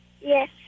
Yes